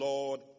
Lord